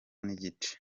n’igice